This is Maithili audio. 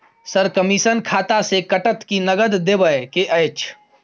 सर, कमिसन खाता से कटत कि नगद देबै के अएछ?